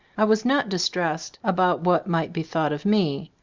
i was not distressed about what might be thought of me.